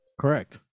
Correct